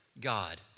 God